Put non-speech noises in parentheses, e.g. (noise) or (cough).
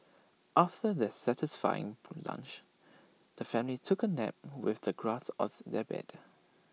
after their satisfying (unintelligible) lunch the family took A nap with the grass as their bed